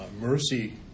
Mercy